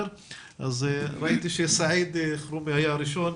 ראיתי שסעיד אלחרומי היה הראשון.